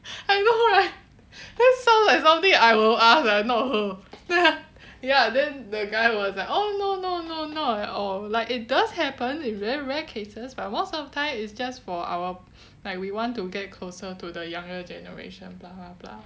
I know right that sound like something I will ask eh not her then I ya then the guy was like oh no no no not at all like it does happen in very rare cases but most of time is just for our like we want to get closer to the younger generation blah blah blah